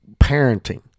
parenting